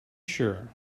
sure